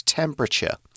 temperature